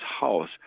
house